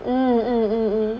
mm mm mm mm